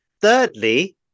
Thirdly